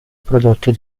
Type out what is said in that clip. prodotti